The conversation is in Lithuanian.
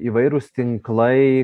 įvairūs tinklai